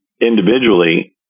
individually